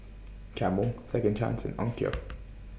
Camel Second Chance and Onkyo